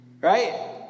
Right